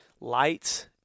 lights